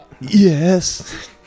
Yes